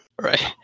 Right